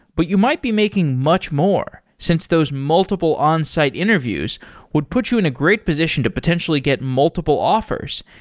but you might be making much more since those multiple onsite interviews would put you in a great position to potentially get multiple offers,